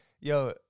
yo